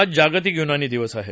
आज जागतिक यूनानी दिवस आहे